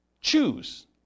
choose